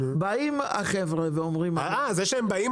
באים החבר'ה ואומרים --- זה שהם באים,